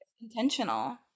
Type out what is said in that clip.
Intentional